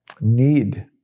need